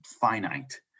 finite